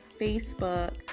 Facebook